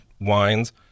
wines